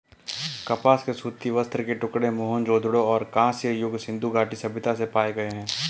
कपास के सूती वस्त्र के टुकड़े मोहनजोदड़ो और कांस्य युग सिंधु घाटी सभ्यता से पाए गए है